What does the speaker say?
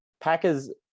Packers